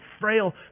frail